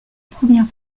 première